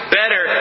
better